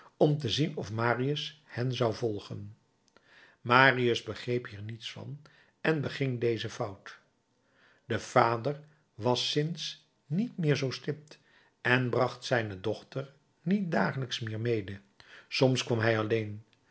om te zien of marius hen zou volgen marius begreep hier niets van en beging deze fout de vader was sinds niet meer zoo stipt en bracht zijne dochter niet dagelijks meer mede soms kwam hij alleen